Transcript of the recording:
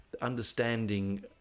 understanding